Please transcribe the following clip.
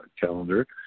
calendar